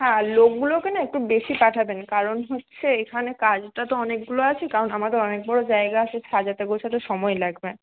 হ্যাঁ আর লোকগুলোকে না একটু বেশি পাঠাবেন কারণ হচ্ছে এইখানে কাজটা তো অনেকগুলো আছে কারণ আমাদের অনেক বড়ো জায়গা আছে সাজাতে গোছাতে সময় লাগবে